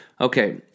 Okay